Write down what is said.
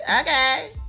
Okay